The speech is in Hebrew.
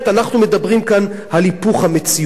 אנחנו מדברים כאן על היפוך המציאות,